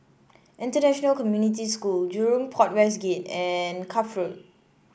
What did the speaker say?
International Community School Jurong Port West Gate and Cuff Road